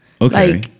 Okay